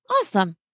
Awesome